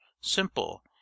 simple